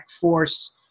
force